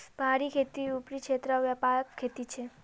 पहाड़ी खेती ऊपरी क्षेत्रत व्यापक खेती छे